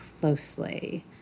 closely